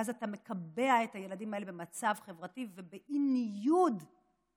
ואז אתה מקבע את הילדים האלה במצב חברתי ובאי-ניוד חברתי.